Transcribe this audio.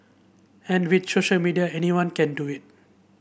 and with social media anyone can do it